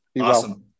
Awesome